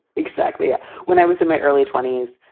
exactly yeah when i was in my early twenty s,